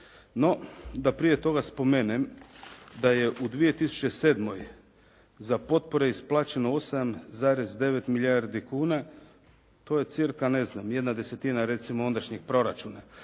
No, da prije toga spomenem da je u 2007. za potpore isplaćeno 8,9 milijardi kuna, to je cca. jedna desetina recimo ondašnjeg proračuna